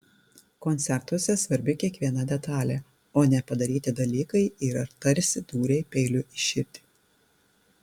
koncertuose svarbi kiekviena detalė o nepadaryti dalykai yra tarsi dūriai peiliu į širdį